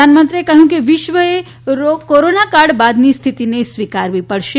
પ્રધાનમંત્રીએ કહ્યું કે વિશ્વ એ કોરોનાકાળ બાદની સ્થિતિને સ્વીકારવી પડશે